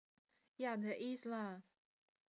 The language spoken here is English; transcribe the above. ya there is lah